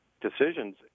decisions